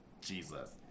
jesus